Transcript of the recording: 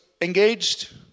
engaged